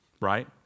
right